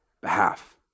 behalf